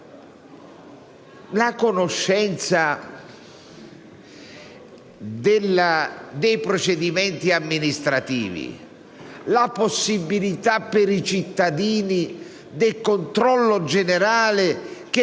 alla conoscenza dei procedimenti amministrativi e alla possibilità per i cittadini di attuare un controllo generale che